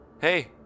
Hey